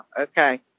Okay